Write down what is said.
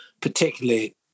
particularly